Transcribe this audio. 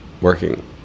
working